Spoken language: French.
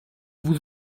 vous